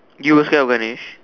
you where scared of vanish